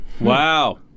Wow